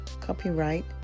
Copyright